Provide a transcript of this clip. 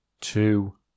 two